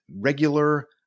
regular